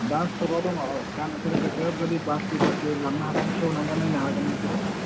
दा स्ट'कआव दङ दा नोंसोर गोसो बायदि बासि बासि लांनो हागोन खेवनाबो नायनो हागोन नोंसोरो